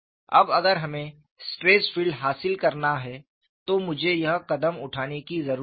अब अगर हमें स्ट्रेस फील्ड हासिल करना है तो मुझे यह कदम उठाने की जरूरत है